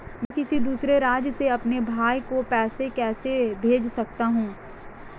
मैं किसी दूसरे राज्य से अपने भाई को पैसे कैसे भेज सकता हूं?